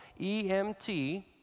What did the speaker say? EMT